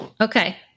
Okay